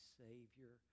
savior